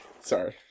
Sorry